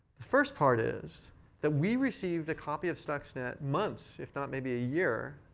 the first part is that we received a copy of stuxnet months, if not maybe a year,